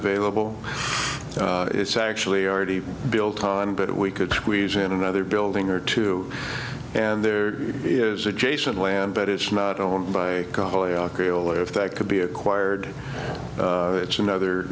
available it's actually already built on but we could squeeze in another building or two and there is adjacent land but it's not owned by golly archaeal if that could be acquired it's another